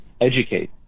educate